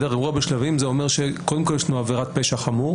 אירוע בשלבים אומר שקודם כל יש עבירת פשע חמור